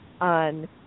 on